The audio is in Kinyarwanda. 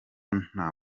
nta